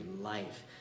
life